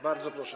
Bardzo proszę.